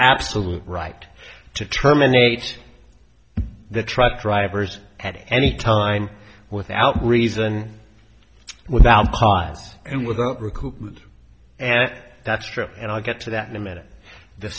absolute right to terminate the truck drivers had anytime without reason without pies and without recoup and that's true and i'll get to that in a minute the